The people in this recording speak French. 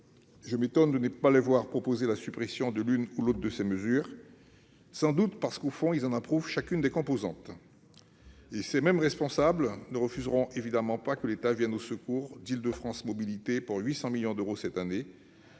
Je m'étonne de ne pas les voir proposer la suppression de l'une ou l'autre de ces mesures. Peut-être en approuvent-ils, au fond, chacune des composantes ... Ces mêmes responsables politiques ne refuseront évidemment pas que l'État vole au secours d'Île-de-France Mobilités pour 800 millions d'euros cette année,